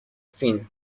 فین